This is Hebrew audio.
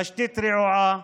תשתית רעועה.